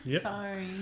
Sorry